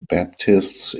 baptists